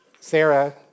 Sarah